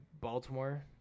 Baltimore